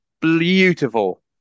beautiful